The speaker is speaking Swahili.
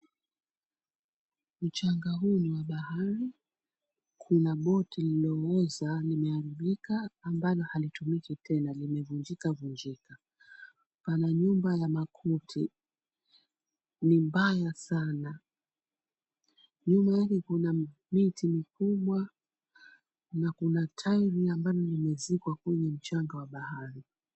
Mchanga huu ni wa bahari, kuna boti lililoezekwa limeharibika ambalo halitumiki tena na limevunjika vunjika, kwenye nyumba ya makuti ni mbaya sana nyuma yake kuna miti mikubwa na kuna tairi ambayo imezikwa kwenye mchanga wa bahari.